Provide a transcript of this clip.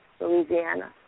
Louisiana